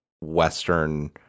Western